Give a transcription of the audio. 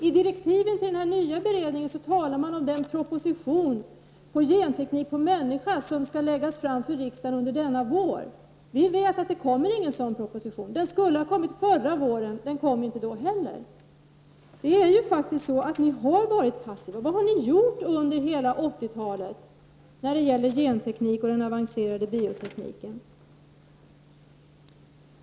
I direktiven till den nya beredningen talas om den proposition om genteknik på människa som skall läggas fram för riksdagen under denna vår. Det kommer inte någon sådan proposition. Den skulle ha kommit förra våren men kom inte då heller. Ni har varit passiva. Vad har ni gjort under hela 80-talet när det gäller genteknik och avancerad bioteknik?